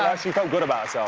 she felt good about herself.